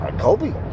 Kobe